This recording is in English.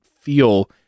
feel